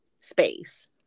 space